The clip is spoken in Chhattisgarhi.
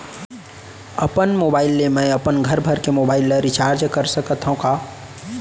अपन मोबाइल ले मैं अपन घरभर के मोबाइल ला रिचार्ज कर सकत हव का?